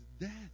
Death